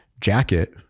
jacket